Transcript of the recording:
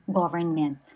government